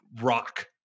rock